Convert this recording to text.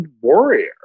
warrior